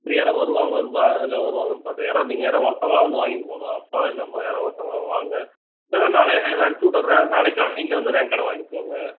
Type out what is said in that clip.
இல்லை யாராவது வருவாங்களான்னு இல்லை வருவாங்களான்னு பார்த்தேன் யாராது நீங்கள் யாராது ஒருத்தவங்களாவது வந்து வாங்கிட்டு போகணும் அப்பா இல்லை அம்மா யாராவது ஒருத்தவங்களாவது வாங்க இல்லை இல்லை நானே அனுப்ச்சுட்டுடுறேன் நாளைக்கு காலைல நீங்களே வந்து ரேங்க் கார்டை வாங்கிக்கங்க